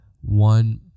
one